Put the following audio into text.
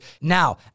Now